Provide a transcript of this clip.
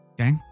Okay